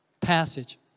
passage